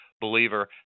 believer